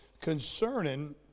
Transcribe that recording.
concerning